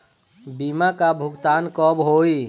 बीमा का भुगतान कब होइ?